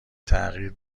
تغییر